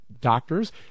Doctors